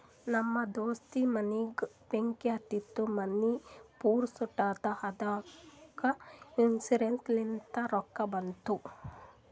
ನಮ್ ದೋಸ್ತ ಮನಿಗ್ ಬೆಂಕಿ ಹತ್ತಿತು ಮನಿ ಪೂರಾ ಸುಟ್ಟದ ಅದ್ದುಕ ಇನ್ಸೂರೆನ್ಸ್ ಲಿಂತ್ ರೊಕ್ಕಾ ಬಂದು